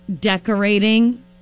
decorating